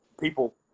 people